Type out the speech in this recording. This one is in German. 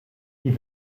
die